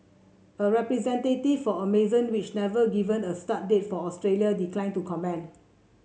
a representative for Amazon which never given a start date for Australia declined to comment